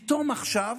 פתאום עכשיו